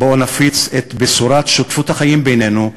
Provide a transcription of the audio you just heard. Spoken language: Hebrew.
בואו נפיץ את בשורת שותפות החיים בינינו,